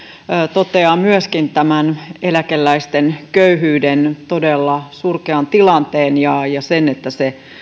toteaa tämän eläkeläisten köyhyyden todella surkean tilanteen ja ja sen että se